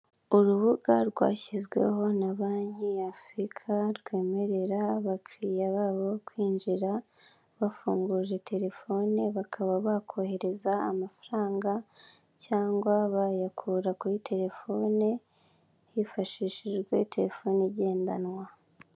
Urubuga rwashyizweho na banki ya Afurika, rwemerera abakiriya babo kwinjira bafunguje telefone, bakaba bakohereza amafaranga cyangwa bayakura kuri telefone hifashishijwe telefone igendanwa.